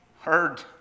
heard